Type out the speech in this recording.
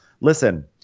listen